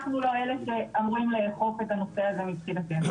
אנחנו לא אלה שאמורים לאכוף את הנושא הזה מבחינתנו.